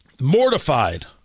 mortified